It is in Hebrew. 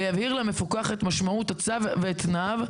ויבהיר למפוקח את משמעות הצו ואת תנאיו,